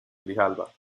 grijalba